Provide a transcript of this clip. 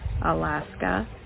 Alaska